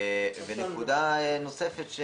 נקודה נוספת.